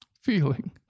feeling